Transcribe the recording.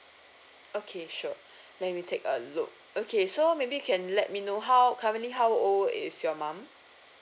okay sure let me take a look okay so maybe can let me know how currently how old is your mum